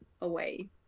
away